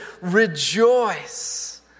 rejoice